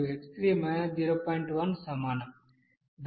1 సమానం